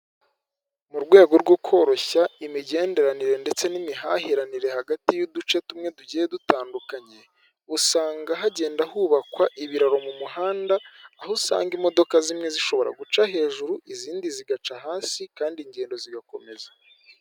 Mu rwego rwo koroshya imigenderanire ndetse n'imihahiranire hagati y'uduce tumwe tugiye dutandukanye, usanga hagenda hubakwa ibiraro mu muhanda aho usanga imodoka zimwe zishobora guca hejuru izindi zigaca hasi kandi ingendo zigakomeza.